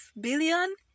billion